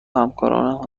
همکارانم